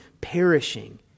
perishing